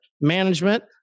management